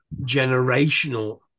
generational